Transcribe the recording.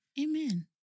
Amen